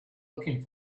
looking